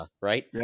right